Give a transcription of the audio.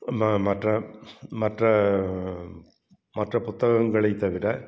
ம மற்ற மற்ற மற்ற புத்தகங்களைத் தவிர